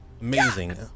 Amazing